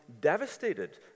devastated